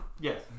Yes